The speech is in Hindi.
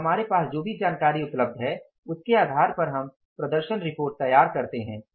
और हमारे पास जो भी जानकारी उपलब्ध है उसके आधार पर हम प्रदर्शन रिपोर्ट तैयार करते हैं